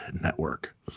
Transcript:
Network